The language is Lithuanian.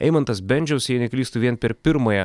eimantas bendžius jei neklystu vien per pirmąją